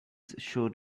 showed